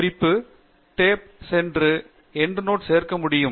குறிப்பு டேப் சென்று end note சேர்க்க முடியும்